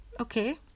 Okay